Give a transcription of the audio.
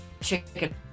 chicken